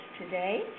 today